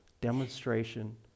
demonstration